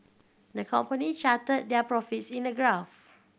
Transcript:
the company charted their profits in a graph